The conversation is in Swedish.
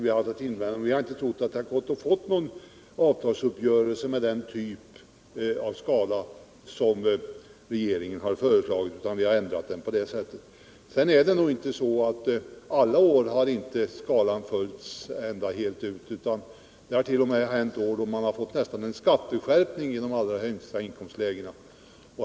Vi har inte trott att det skulle gå att få någon avtalsuppgörelse om den typ av skala som regeringen har föreslagit. Därför har vi ändrat på det sättet. Vidare är det så att skalan inte har följts exakt alla år. Vissa år har det t.o.m. blivit en skatteskärpning i de allra högsta inkomstlägena.